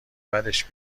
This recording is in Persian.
بدش